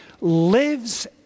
lives